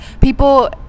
people